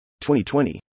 2020